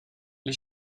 les